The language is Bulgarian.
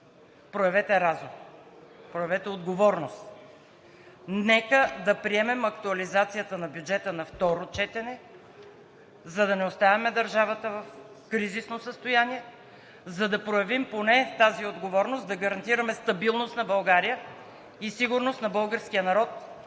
проявете разум, проявете отговорност, нека да приемем актуализацията на бюджета на второ четене, за да не оставяме държавата в кризисно състояние, за да проявим поне тази отговорност и да гарантираме стабилност на България, сигурност на българския народ